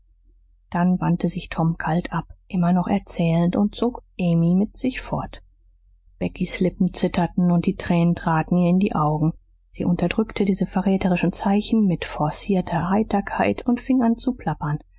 dann wandte sich tom kalt ab immer noch erzählend und zog amy mit sich fort beckys lippen zitterten und die tränen traten ihr in die augen sie unterdrückte diese verräterischen zeichen mit forzierter heiterkeit und fing an zu plappern